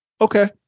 Okay